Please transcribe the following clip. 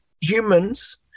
humans